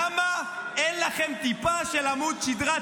למה אין לכם טיפה של עמוד שדרה?